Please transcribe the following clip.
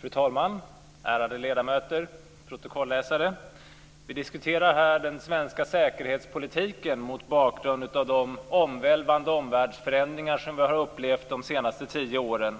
Fru talman! Ärade ledamöter! Protokolläsare! Vi diskuterar här den svenska säkerhetspolitiken, mot bakgrund av de omvälvande omvärldsförändringar som vi har upplevt de senaste tio åren.